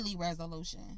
resolution